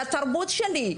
על התרבות שלי.